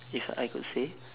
if I could say